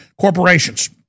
corporations